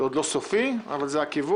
זה עוד לא סופי, אבל זה עוד לא סופי.